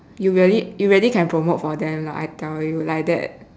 you really you really can promote for them lah I tell you like that